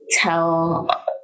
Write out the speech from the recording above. tell